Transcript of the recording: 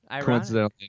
coincidentally